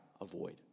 avoid